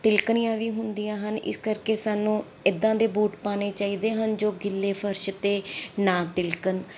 ਤਿਲਕਣੀਆ ਵੀ ਹੁੰਦੀਆਂ ਹਨ ਇਸ ਕਰਕੇ ਸਾਨੂੰ ਇੱਦਾਂ ਦੇ ਬੂਟ ਪਾਉਣੇ ਚਾਹੀਦੇ ਹਨ ਜੋ ਗਿੱਲੇ ਫਰਸ਼ 'ਤੇ ਨਾ ਤਿਲਕਣ